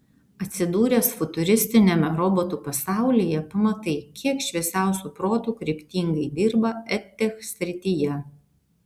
atsidūręs futuristiniame robotų pasaulyje pamatai kiek šviesiausių protų kryptingai dirba edtech srityje